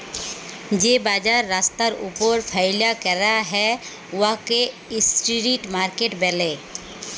যে বাজার রাস্তার উপর ফ্যাইলে ক্যরা হ্যয় উয়াকে ইস্ট্রিট মার্কেট ব্যলে